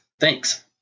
Thanks